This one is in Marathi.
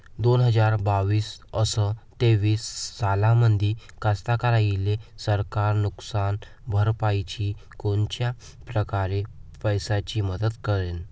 दोन हजार बावीस अस तेवीस सालामंदी कास्तकाराइले सरकार नुकसान भरपाईची कोनच्या परकारे पैशाची मदत करेन?